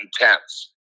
intense